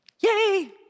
Yay